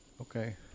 okay